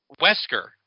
wesker